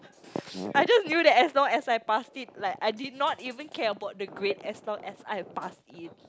I just knew that as long as I passed it like I did not even care about the grade as long as I passed it